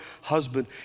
husband